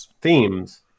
themes